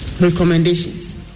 Recommendations